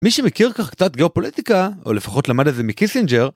מי שמכיר כך קצת גיאופוליטיקה, או לפחות למד את זה מקיסינג'ר,